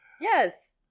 Yes